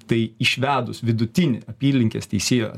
tai išvedus vidutinį apylinkės teisėjo